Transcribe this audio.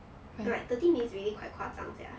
like thirty minutes really quite 夸张 sia